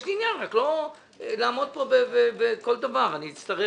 יש לי עניין רק לא לעמוד פה ובכל דבר אצטרך